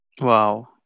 Wow